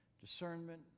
discernment